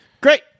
Great